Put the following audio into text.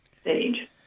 stage